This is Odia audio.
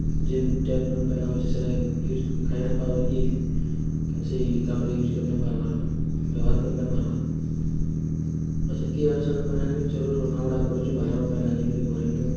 ଯେନ୍ ଟ୍ୟାପ୍ରୁ ପାନ୍ ଆଉଛି ସେଟା କେ ୟୁଜ୍ ଖାଇ ନ ପାର୍ବାର୍ କି କେନ୍ସି କାମ୍ରେ ୟୁଜ୍ କରି ନ ପାର୍ବାର୍ ଆମେ ବ୍ୟବହାର୍ କରି ନା ପାର୍ବା ଯେତ୍କି ଇଆଡ଼ୁ ସିଆଡ଼ୁ ପାନ୍ ଆନିକରି ଚଲୁ ରନ୍ଧାବଢ଼ା କରୁଛୁ ବାହାରୁ ପାନି ଆନିକିରି ଭରିକିରି